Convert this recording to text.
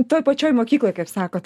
toj pačioj mokykloj kaip sakot